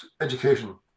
education